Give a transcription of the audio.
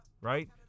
right